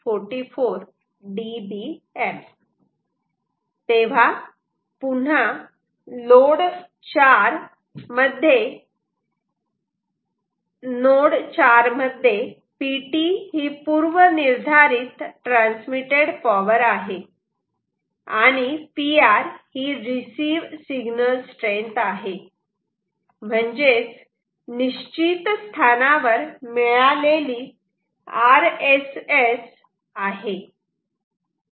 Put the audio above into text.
तेव्हा पुन्हा लोड 4 मध्ये Pt ही पूर्वनिर्धारित ट्रान्समिटेड पॉवर आहे आणि Pr ही रिसिव्ह सिग्नल स्ट्रेंग्थ आहे म्हणजेच निश्चित स्थानावर मिळालेली RSS आहे